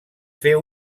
fer